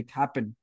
happen